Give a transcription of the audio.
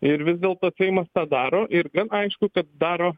ir vis dėlto seimas tą daro ir aišku kad daro